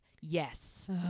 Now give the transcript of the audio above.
Yes